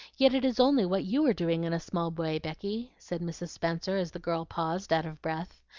yet it is only what you are doing in a small way, becky, said mrs. spenser, as the girl paused out of breath.